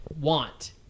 want